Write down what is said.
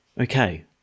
Okay